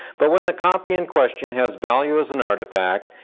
but when the copy in question has value as an artifact,